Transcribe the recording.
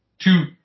Two